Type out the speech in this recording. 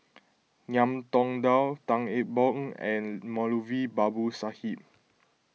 Ngiam Tong Dow Tan Eng Bock and Moulavi Babu Sahib